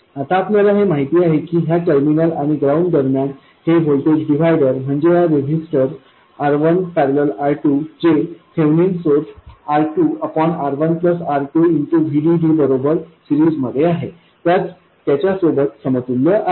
आता आपल्याला हे माहित आहे की ह्या टर्मिनल आणि ग्राउंड दरम्यान हे व्होल्टेज डिव्हायडर म्हणजे या रेजिस्टर R1 ।। R2 जे Thevenin source R2R1 R2 VDD बरोबर सिरीज मध्ये आहे त्याच्यासोबत समतुल्य आहे